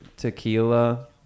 tequila